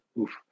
Oof